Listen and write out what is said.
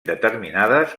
determinades